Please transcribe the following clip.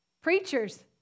preachers